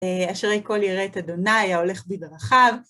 אשרי כול ירא את ה' ההולך בדרכיו.